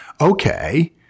okay